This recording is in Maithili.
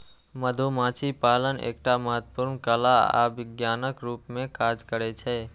मधुमाछी पालन एकटा महत्वपूर्ण कला आ विज्ञानक रूप मे काज करै छै